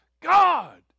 God